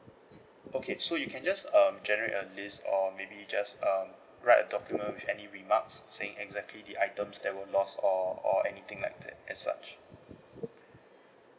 okay so you can just um generate a list or maybe just um write a document with any remarks saying exactly the items that were lost or or anything like that as such